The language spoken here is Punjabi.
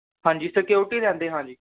ਹਾਂਜੀ ਸਕਿਉਰਟੀ ਲੈਂਦੇ ਹਾਂ ਜੀ